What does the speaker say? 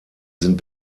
sind